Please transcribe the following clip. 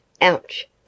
ouch